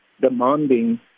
demanding